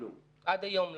עד היום לא.